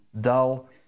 dull